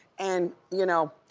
and you know,